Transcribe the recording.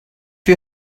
you